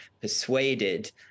persuaded